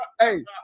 Hey